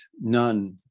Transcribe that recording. none